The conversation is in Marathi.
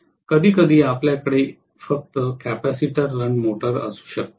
कधीकधी आपल्याकडे फक्त कपॅसिटर रन मोटर असू शकते